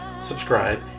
subscribe